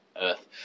earth